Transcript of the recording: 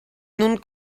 nun